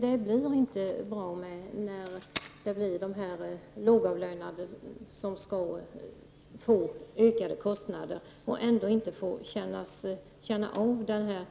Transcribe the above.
Det blir inte bra när de lågavlönade får ökade kostnader utan att få del av fördelarna av